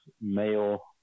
male